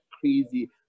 crazy